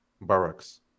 barracks